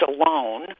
alone